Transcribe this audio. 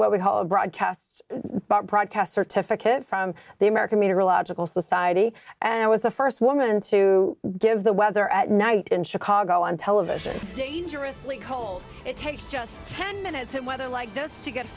call broadcast broadcast certificate from the american meteorological society and it was the first woman to give the weather at night in chicago on television dangerously cold it takes just ten minutes and weather like this to get